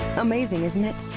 amazing isn't it?